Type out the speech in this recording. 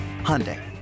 Hyundai